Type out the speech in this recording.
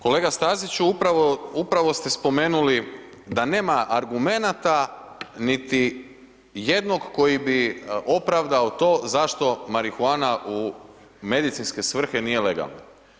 Kolega Staziću upravo, upravo ste spomenuli da nema argumenata niti jednog koji bi opravdao to zašto marihuana u medicinske svrhe nije legalna.